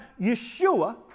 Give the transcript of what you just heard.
Yeshua